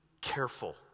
careful